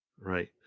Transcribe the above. right